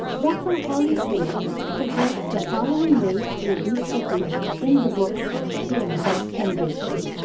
dr. holly phillips suggests the following ways to reduce fatigue in the book the exhaustion breakthrough.